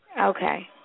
Okay